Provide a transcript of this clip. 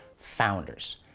Founders